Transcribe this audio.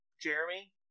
Jeremy